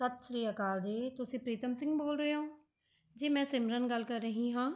ਸਤਿ ਸ਼੍ਰੀ ਅਕਾਲ ਜੀ ਤੁਸੀਂ ਪ੍ਰੀਤਮ ਸਿੰਘ ਬੋਲ ਰਹੇ ਓਂ ਜੀ ਮੈਂ ਸਿਮਰਨ ਗੱਲ ਕਰ ਰਹੀ ਹਾਂ